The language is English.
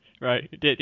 Right